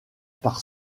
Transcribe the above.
par